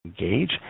engage